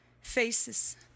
Faces